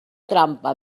trampa